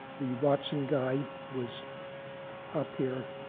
the watson guy was up here